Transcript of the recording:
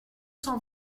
cent